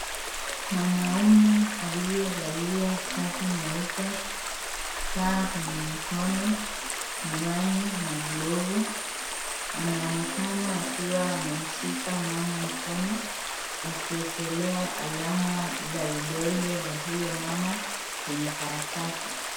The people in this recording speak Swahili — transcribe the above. Mwanaume aliyevalia shati nyeupe, saa kwenye mkono, miwani na glove , anaonekana akiwa amemshika mama mkono, akiekelea alama za vidole za huyo mama, kwenye karatasi.